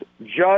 Judge